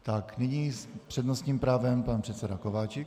Tak, nyní s přednostním právem pan předseda Kováčik.